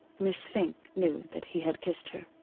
miss fink knew that he had kissed her.